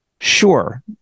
sure